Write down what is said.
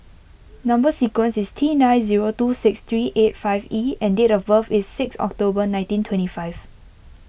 Number Sequence is T nine zero two six three eight five E and date of birth is six October nineteen twenty five